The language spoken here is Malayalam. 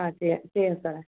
ആ ചെയ്യാം ചെയ്യാം സാറേ